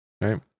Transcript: right